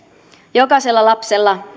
jokaisella lapsella